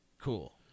cool